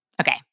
Okay